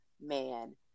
man